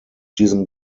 diesem